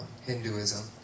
Hinduism